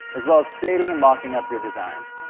as well as creating and mocking up your designs.